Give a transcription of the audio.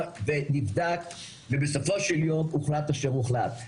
ונבדק ובסופו של יום הוחלט אשר הוחלט.